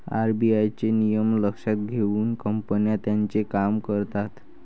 RBI चे नियम लक्षात घेऊन कंपन्या त्यांचे काम करतात